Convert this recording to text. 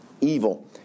evil